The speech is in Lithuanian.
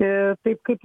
taip kaip